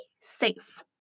safe